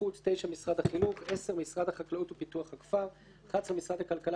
החוץ 9. משרד החינוך 10. משרד החקלאות ופיתוח הכפר 11. משרד הכלכלה